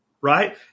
right